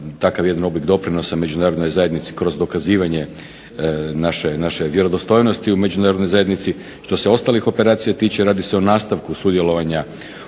takav jedan oblik doprinosa Međunarodnoj zajednici kroz dokazivanje naše vjerodostojnosti u Međunarodnoj zajednici. Što se ostalih operacija tiče radi se o nastavku sudjelovanja